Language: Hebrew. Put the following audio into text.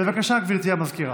בבקשה, גברתי המזכירה.